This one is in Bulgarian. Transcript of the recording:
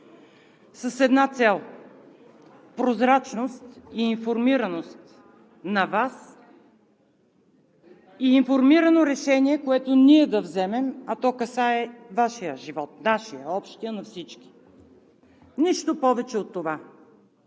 с една цел – прозрачност и информираност на Вас, и информирано решение, което ние да вземем, а то касае Вашия живот, нашия, общия – на всички. Нищо повече от това!